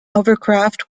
hovercraft